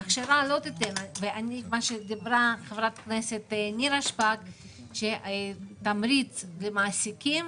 אמרה חברת הכנסת נירה שפק שתמריץ למעסיקים